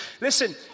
Listen